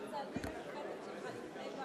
מצביע טלב אלסאנע, מצביע זאב